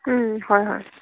হয় হয়